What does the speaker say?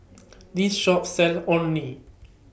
This Shop sells Orh Nee